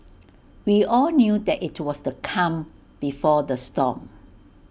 we all knew that IT was the calm before the storm